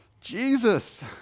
Jesus